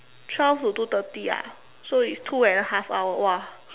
twelve to two thirty ah so it's two and a half hour !wah!